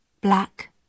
black